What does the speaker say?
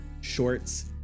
shorts